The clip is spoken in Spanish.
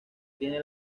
tiene